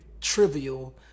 trivial